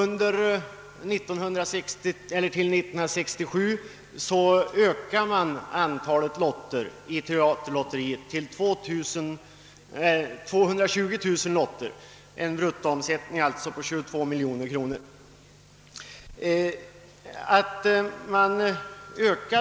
år 1967 ökades antalet lotter till 220 000, vilket alltså gav en bruttoomsättning på 22 miljoner kronor.